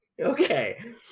okay